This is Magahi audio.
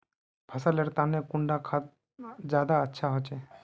फसल लेर तने कुंडा खाद ज्यादा अच्छा होचे?